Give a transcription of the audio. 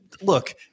Look